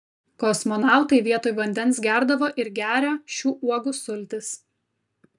kosmonautai vietoj vandens gerdavo ir geria šių uogų sultis